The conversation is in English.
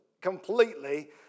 completely